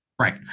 Right